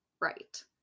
right